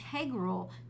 integral